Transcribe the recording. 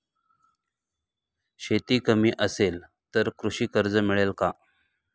शेती कमी असेल तर कृषी कर्ज मिळेल का?